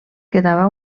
quedava